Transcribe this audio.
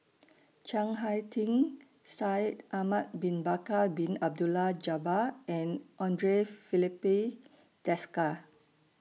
Chiang Hai Ding Shaikh Ahmad Bin Bakar Bin Abdullah Jabbar and Andre Filipe Desker